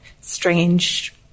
strange